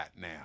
now